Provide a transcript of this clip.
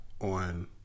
on